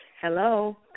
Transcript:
Hello